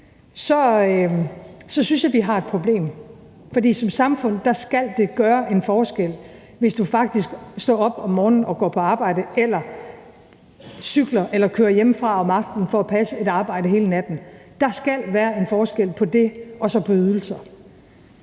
så synes vi har et problem, for i vores samfund skal det gøre en forskel, at du faktisk står op om morgenen og går på arbejde eller cykler eller kører hjemmefra om aftenen for at passe et arbejde hele natten. Der skal være en forskel på det og så på at